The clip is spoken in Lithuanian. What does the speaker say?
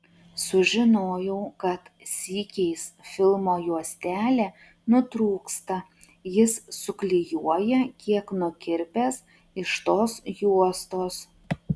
sužinojau kad sykiais filmo juostelė nutrūksta jis suklijuoja kiek nukirpęs iš tos juostos